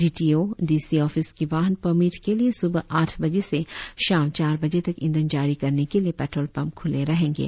D T O D C office के वाहन permit के लिए सुबह आठ बजे से शाम चार बजे तक ईंधन जारी करने के लिए पेट्रोल पंप खुले रहेंगे